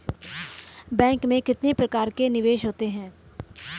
Bank में कितने प्रकार के निवेश होते हैं?